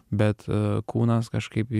bet kūnas kažkaip